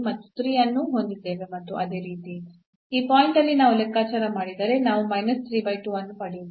ನಾವು 3 ಅನ್ನು ಹೊಂದಿದ್ದೇವೆ ಮತ್ತು ಅದೇ ರೀತಿ ಈ ಪಾಯಿಂಟ್ ಅಲ್ಲಿ ನಾವು ಲೆಕ್ಕಾಚಾರ ಮಾಡಿದರೆ ನಾವು ಅನ್ನು ಪಡೆಯುತ್ತೇವೆ